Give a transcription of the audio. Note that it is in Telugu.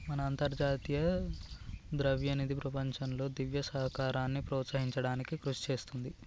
మన అంతర్జాతీయ ద్రవ్యనిధి ప్రపంచంలో దివ్య సహకారాన్ని ప్రోత్సహించడానికి కృషి చేస్తుంది